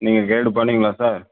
நீங்கள் கெய்டு பண்ணுவீங்களா சார்